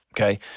Okay